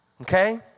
Okay